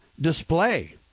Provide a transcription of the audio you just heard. display